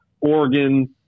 Oregon